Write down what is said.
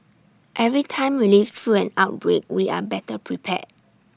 every time we live through an outbreak we are better prepared